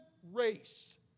Race